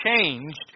changed